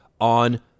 on